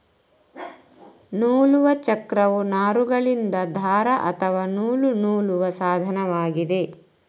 ನೂಲುವ ಚಕ್ರವು ನಾರುಗಳಿಂದ ದಾರ ಅಥವಾ ನೂಲು ನೂಲುವ ಸಾಧನವಾಗಿದೆ